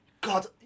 God